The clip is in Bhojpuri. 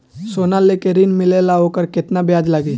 सोना लेके ऋण मिलेला वोकर केतना ब्याज लागी?